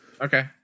Okay